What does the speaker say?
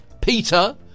Peter